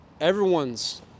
everyone's